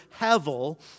hevel